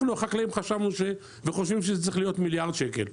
אנחנו החקלאים חשבנו וחושבים שזה צריך להיות מיליארד שקל.